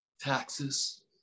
Taxes